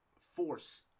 force